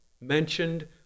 mentioned